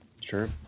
Sure